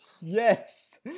Yes